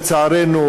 לצערנו,